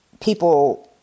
people